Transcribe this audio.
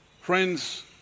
Friends